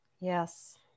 Yes